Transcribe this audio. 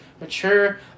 mature